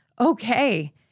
okay